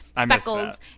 speckles